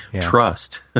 Trust